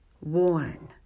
worn